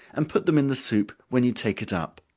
and put them in the soup when you take it up.